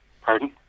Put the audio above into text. Pardon